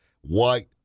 White